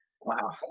Wow